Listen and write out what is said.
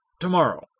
Tomorrow